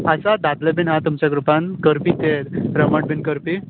आसात दादले बीन आहा तुमच्या ग्रुपान करपी ते रोमट बीन करपी